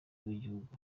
w’igihugu